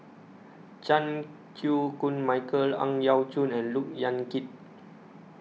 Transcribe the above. Chan Chew Koon Michael Ang Yau Choon and Look Yan Kit